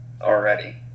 already